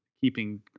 keeping